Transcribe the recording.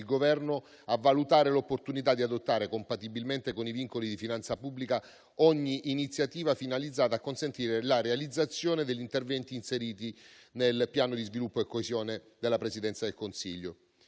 Governo a valutare l'opportunità di adottare, compatibilmente con i vincoli di finanza pubblica, ogni iniziativa finalizzata a consentire la realizzazione degli interventi inseriti nel Piano sviluppo e coesione della Presidenza del Consiglio,